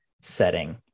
setting